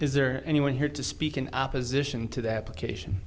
is there anyone here to speak in opposition to that location